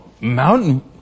Mountain